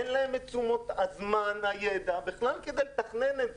אין להם את תשומות הזמן והידע כדי לתכנן את זה.